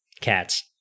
Cats